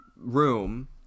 room